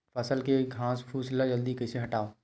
फसल के घासफुस ल जल्दी कइसे हटाव?